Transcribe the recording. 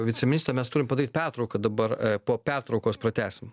viceministro mes turim padaryt pertrauką dabar po pertraukos pratęsim